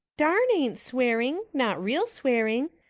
darn isn't swearing not real swearing.